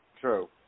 True